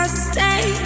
stay